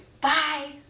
Bye